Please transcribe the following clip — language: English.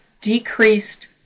decreased